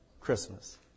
Christmas